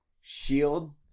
Shield